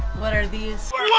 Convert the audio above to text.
what are these?